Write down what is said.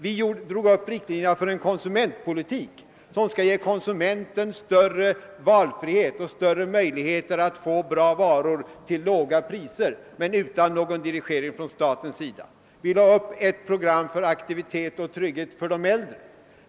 Vi drog upp riktlinjerna för en konsumentpolitik som ger konsumenten större valfrihet och större möjligheter att få bra varor till låga priser men utan någon dirigering från statens sida. Vi lade upp ett program för aktivitet och trygghet för de äldre.